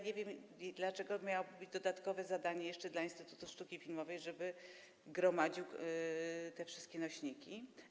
Nie wiem, dlaczego miałoby to być dodatkowe zadanie jeszcze dla Polskiego Instytutu Sztuki Filmowej - to, żeby gromadził te wszystkie nośniki.